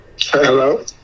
Hello